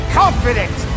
confidence